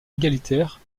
égalitaire